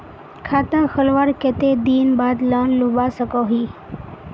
खाता खोलवार कते दिन बाद लोन लुबा सकोहो ही?